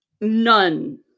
None